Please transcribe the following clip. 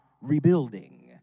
rebuilding